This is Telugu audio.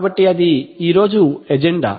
కాబట్టి అది ఈ రోజు ఎజెండా